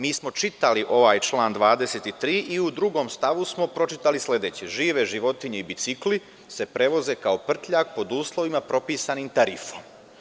Mi smo čitali ovaj član 23. i u stavu 2. smo pročitali sledeće – žive životinje i bicikli se prevoze kao prtljag pod uslovima propisanim tarifom.